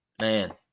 Man